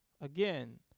Again